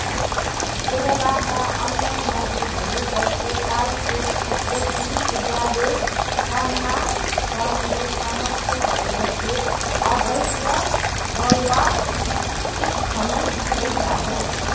केरलाका अन्य नदीहरू जस्तै काल पु पथीपुजाले सामना गर्ने समस्यामध्ये अवैध बालुवा उत्खनन एउटा हो